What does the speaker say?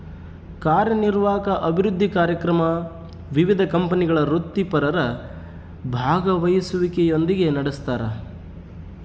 ಕಾರ್ಯನಿರ್ವಾಹಕ ಅಭಿವೃದ್ಧಿ ಕಾರ್ಯಕ್ರಮ ವಿವಿಧ ಕಂಪನಿಗಳ ವೃತ್ತಿಪರರ ಭಾಗವಹಿಸುವಿಕೆಯೊಂದಿಗೆ ನಡೆಸ್ತಾರ